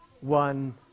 one